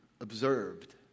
observed